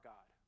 God